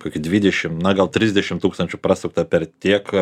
kokių dvidešimt na gal trisdešimt tūkstančių prasukta per tiek